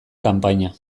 kanpaina